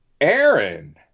Aaron